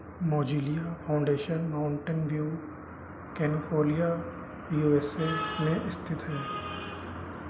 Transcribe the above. Mozilla Foundation Mountain View California U S A में इस्थित है